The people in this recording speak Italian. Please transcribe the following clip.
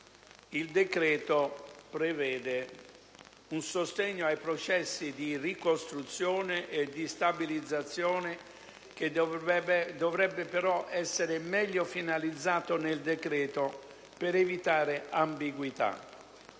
il decreto prevede un sostegno ai processi di ricostruzione e di stabilizzazione che dovrebbe essere meglio finalizzato nel decreto per evitare ambiguità.